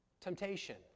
temptation